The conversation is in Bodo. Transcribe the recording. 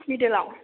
मिदिलआव